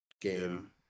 game